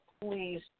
please